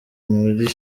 muri